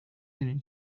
دونین